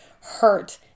hurt